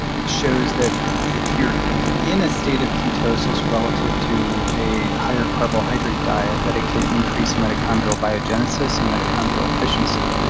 shows that if you're in a state of ketosis relative to a higher carbohydrate diet that it can increase the mitochondrial biogenesis and mitochondrial efficiency.